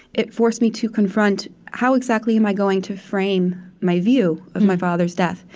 it forced me to confront, how exactly am i going to frame my view of my father's death?